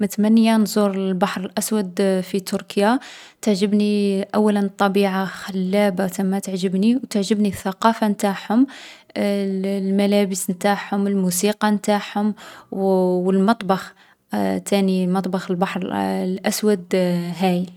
متمنية نزور البحر الأسود في تركيا. تعجبني أولا الطبيعة خلابة تما تعجبني، و تعجبني الثقافة نتاعهم. الـ الملابس نتاعهم، الموسيقى نتاعهم، و و المطبخ تاني مطبخ البحر الـ الأسود هايل.